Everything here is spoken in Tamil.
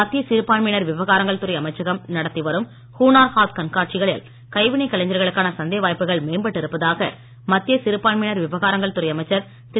மத்திய சிறுபான்மையினர் விவகாரங்கள் துறை அமைச்சகம் நடத்தி வரும் ஹுனார் ஹாத் கண்காட்சிகளால் கைவினை கலைஞர்களுக்கான சந்தை வாய்ப்புகள் மேம்பட்டு இருப்பதாக மத்திய சிறுபான்மையினர் விவகாரங்கள் துறை அமைச்சர் திரு